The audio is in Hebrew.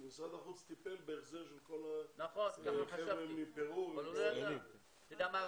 כי משרד החוץ טיפל בהחזרה של כל החבר'ה מפרו --- אתה יודע מה,